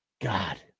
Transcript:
God